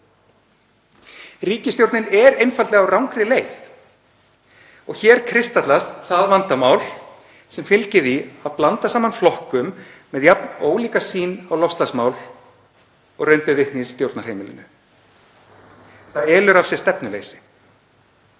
Ríkisstjórnin er einfaldlega á rangri leið. Hér kristallast vandamálið sem fylgir því að blanda saman flokkum með jafn ólíka sýn á loftslagsmál og raun ber vitni á stjórnarheimilinu. Það elur af sér stefnuleysi.